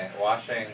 washing